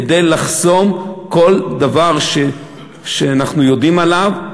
כדי לחסום כל דבר שאנחנו יודעים עליו,